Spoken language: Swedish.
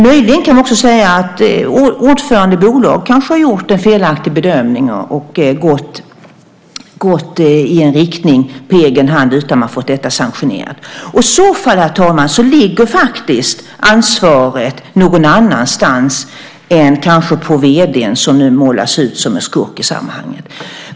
Möjligen kan man också säga att ordföranden i bolaget gjort en felaktig bedömning och på egen hand, utan att ha fått det sanktionerat, gått i en viss riktning. Och då, herr talman, ligger kanske ansvaret någon annanstans än på vd:n, som nu målas upp som en skurk i sammanhanget.